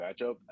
matchup